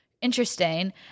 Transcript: interesting